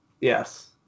Yes